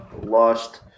lost